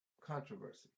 controversy